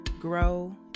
grow